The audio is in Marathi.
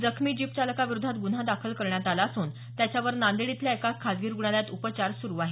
जखमी जीपचालकाविरोधात गुन्हा दाखल करण्यात आला असून त्याच्यावर नांदेड इथल्या एका खासगी रुग्णालयात उपचार सुरू आहेत